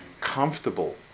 comfortable